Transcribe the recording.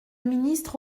ministre